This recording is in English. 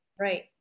right